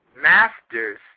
masters